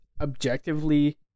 objectively